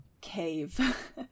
cave